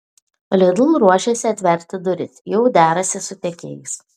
lidl ruošiasi atverti duris jau derasi su tiekėjais